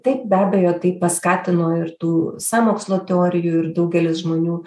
taip be abejo tai paskatino ir tų sąmokslo teorijų ir daugelis žmonių